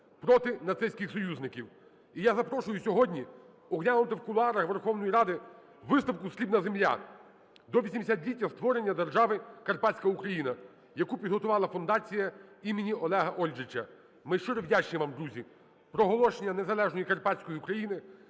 проти нацистських союзників. І я запрошую сьогодні оглянути в кулуарах Верховної Ради виставку "Срібна земля" до 80-ліття створення держави Карпатська Україна, яку підготувала Фундація імені Олега Ольжича. Ми щиро вдячні вам, друзі. Проголошення незалежної Карпатської України